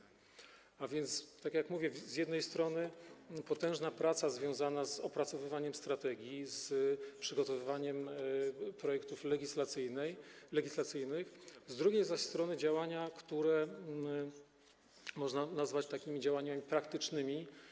A więc, jak mówię, z jednej strony potężna praca związana z opracowywaniem strategii, z przygotowywaniem projektów legislacyjnych, z drugiej zaś strony działania, które można nazwać działaniami praktycznymi.